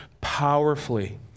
powerfully